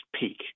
peak